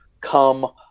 come